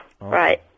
Right